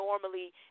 normally